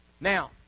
Now